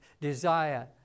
desire